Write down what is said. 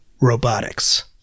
robotics